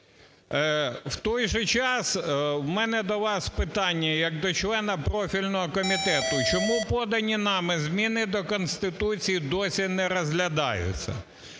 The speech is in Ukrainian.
В той же час у мене до вас питання як до члена профільного комітету. Чому подані нами зміни до Конституції досі не розглядаються?